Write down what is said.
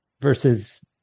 versus